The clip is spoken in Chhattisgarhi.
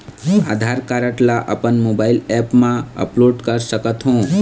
आधार कारड ला अपन मोबाइल ऐप मा अपलोड कर सकथों?